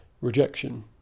rejection